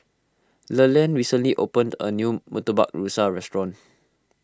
Leland recently opened a new Murtabak Rusa restaurant